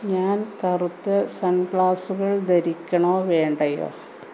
ഞാൻ കറുത്ത സൺ ഗ്ലാസ്സുകൾ ധരിക്കണോ വേണ്ടയോ